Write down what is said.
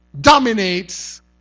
dominates